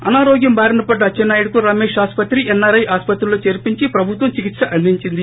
అనారోగ్యం బారినపడ్డ అచ్చెన్నాయుడుకు రమేష్ ఆస్పత్రి ఎన్ఆర్ఐ ఆస్పత్రుల్లో చేర్పించి ప్రభుత్వం చికిత్ప అందించింది